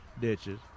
ditches